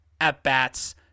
at-bats